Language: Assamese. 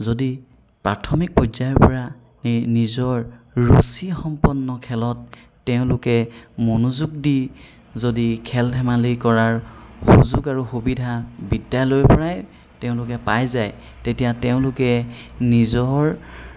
যদি প্ৰাথমিক পৰ্যায়ৰ পৰা নিজৰ ৰুচি সম্পন্ন খেলত তেওঁলোকে মনোযোগ দি যদি খেল ধেমালি কৰাৰ সুযোগ আৰু সুবিধা বিদ্যালয়ৰ পৰাই তেওঁলোকে পাই যায় তেতিয়া তেওঁলোকে নিজৰ